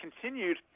continued –